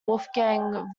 wolfgang